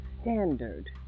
standard